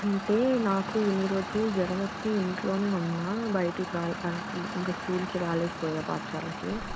అంటే నాకు ఇన్ని రోజులు జ్వరం వచ్చి ఇంట్లో ఉన్నాను బయటికి రాలేక ఇంకా స్కూల్కి రాలేకపోయాను పాఠశాలకి